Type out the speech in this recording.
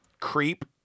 creep